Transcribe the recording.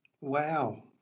Wow